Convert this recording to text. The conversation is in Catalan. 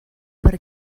per